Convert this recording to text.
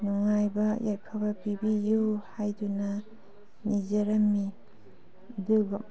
ꯅꯨꯡꯉꯥꯏꯕ ꯌꯥꯏꯐꯕ ꯄꯤꯕꯤꯎ ꯍꯥꯏꯗꯨꯅ ꯅꯤꯖꯔꯝꯃꯤ ꯑꯗꯨꯒ